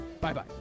Bye-bye